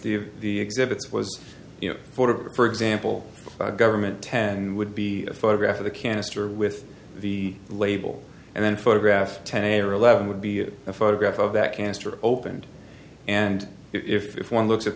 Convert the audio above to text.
of the exhibits was you know for example the government ten would be a photograph of the canister with the label and then photograph ten a or eleven would be a photograph of that canister opened and if one looks at